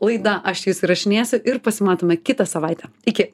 laida aš jus įsirašinėsiu ir pasimatome kitą savaitę iki